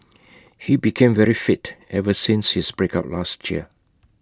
he became very fit ever since his breakup last year